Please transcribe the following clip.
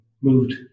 moved